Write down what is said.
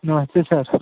नमस्ते सर